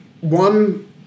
one